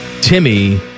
Timmy